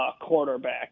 quarterback